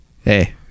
hey